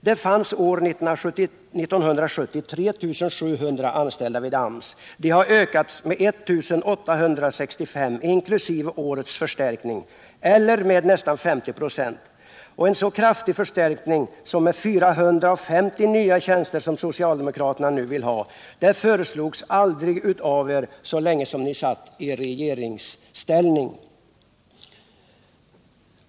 Det fanns år 1970 3 700 anställda vid AMS. Antalet har ökat med 1 865, inkl. årets förstärkning, eller med nästan 50 96. En så kraftig förstärkning som 450 nya tjänster, som socialdemokraterna nu vill ha, föreslog de aldrig så länge som de satt i regeringsställning.